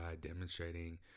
demonstrating